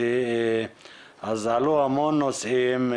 עלו המון נושאים.